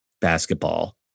basketball